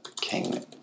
King